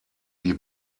wie